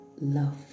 love